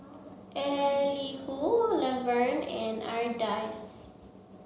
Elihu Laverne and Ardyce